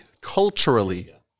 culturally